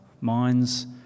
minds